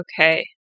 Okay